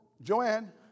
Joanne